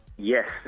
Yes